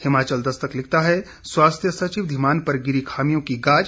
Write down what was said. हिमाचल दस्तक लिखता है स्वास्थ्य सचिव धीमान पर गिरी खामियों की गाज